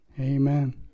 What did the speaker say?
Amen